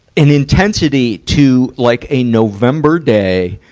an intensity to, like, a november day,